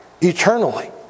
eternally